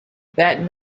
that